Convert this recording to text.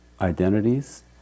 identities